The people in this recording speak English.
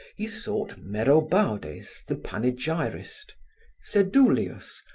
he sought merobaudes, the panegyrist sedulius,